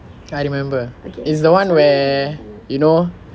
I remember is the [one] where you know